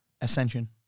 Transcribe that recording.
Ascension